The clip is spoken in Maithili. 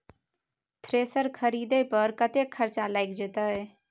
थ्रेसर खरीदे पर कतेक खर्च लाईग जाईत?